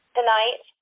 Tonight